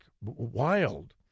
Wild